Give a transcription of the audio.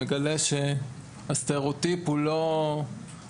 מגלה שהסטריאוטיפ הוא לא כהווייתו.